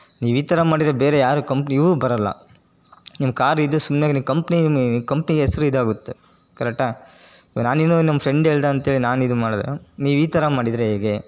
ನೀವು ಈ ಥರ ಮಾಡಿದ್ರೆ ಬೇರೆ ಯಾರೂ ಕಂಪ್ನಿಯೂ ಬರೋಲ್ಲ ನಿಮ್ಮ ಕಾರಿದ್ದು ಸುಮ್ಮನೆ ನಿಮ್ಮ ಕಂಪ್ನೀ ಕಂಪ್ನಿ ಹೆಸರು ಇದಾಗುತ್ತೆ ಕರೆಕ್ಟಾ ಇವಾಗ ನಾನು ಏನೋ ನಮ್ಮ ಫ್ರೆಂಡ್ ಹೇಳಿದ ಅಂತೇಳಿ ನಾನು ಇದು ಮಾಡಿದ್ರೆ ನೀವು ಈ ಥರ ಮಾಡಿದರೆ ಹೇಗೆ